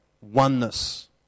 oneness